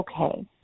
okay